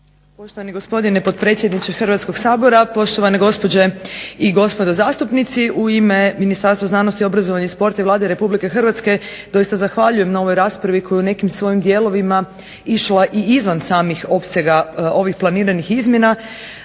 Poštovani gospodine potpredsjedniče Hrvatskog sabora, poštovane gospođe i gospodo zastupnici. U ime Ministarstva znanosti, obrazovanja i sporta i Vlade Republike Hrvatske doista zahvaljujem na ovoj raspravi koja je u nekim svojim dijelovima išla izvan samih opsega ovih planiranih izmjena.